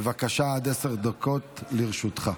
בבקשה, עד עשר דקות לרשותך.